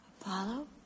Apollo